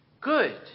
good